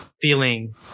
feeling